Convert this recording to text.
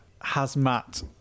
hazmat